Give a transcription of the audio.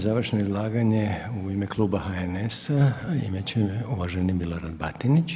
Završno izlaganje u ime Kluba HNS-a imat će uvaženi Milorad Batinić.